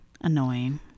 annoying